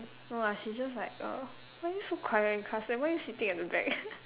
no ah she just like err why you so quiet in class and why you sitting at the back